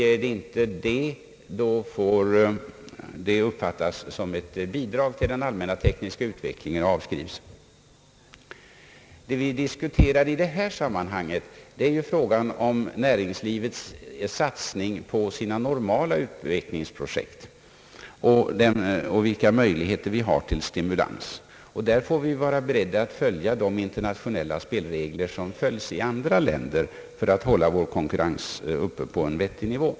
Är så inte fallet får lånet uppfattas såsom ett bidrag till den allmänna tekniska utvecklingen och avskrivas. Det vi i detta sammanhang diskuterar är ju frågan om näringslivets satsning på sina normala utvecklingsprojekt och vilka möjligheter vi har till stimulans. Där får vi vara beredda att följa de internationella spelregler som följs i andra länder för att hålla vår konkurrens uppe på en vettig nivå.